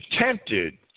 attempted